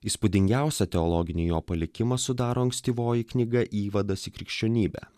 įspūdingiausią teologinį jo palikimą sudaro ankstyvoji knyga įvadas į krikščionybę